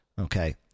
okay